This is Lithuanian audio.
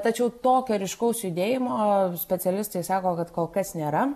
tačiau tokio ryškaus judėjimo specialistai sako kad kol kas nėra